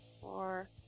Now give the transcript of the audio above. four